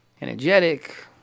energetic